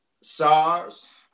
SARS